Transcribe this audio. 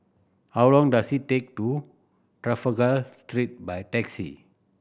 how long does it take to Trafalgar Street by taxi